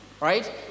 Right